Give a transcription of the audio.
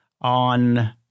on